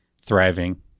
thriving